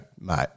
mate